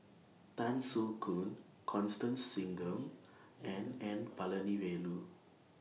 Tan Soo Khoon Constance Singam and N Palanivelu